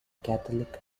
catholic